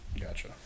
Gotcha